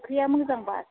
फख्रिया मोजांबा साफा